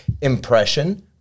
impression